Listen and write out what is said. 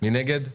מי נגד?